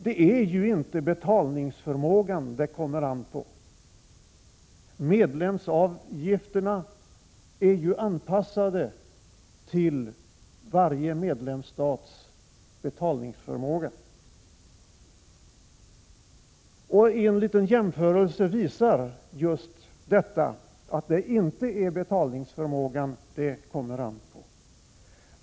Det är inte betalningsförmågan det kommer an på. Medlemsavgifterna är ju anpassade till varje medlemsstats betalningsförmåga.